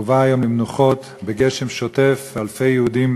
הובא היום למנוחות בגשם שוטף, ואלפי יהודים